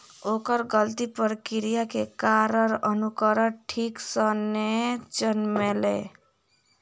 ओकर गलत प्रक्रिया के कारण अंकुरण ठीक सॅ नै जनमलै